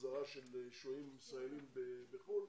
חזרה של שוהים ישראלים בחו"ל,